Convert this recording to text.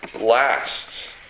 lasts